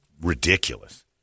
ridiculous